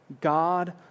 God